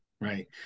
Right